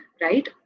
Right